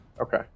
Okay